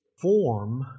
form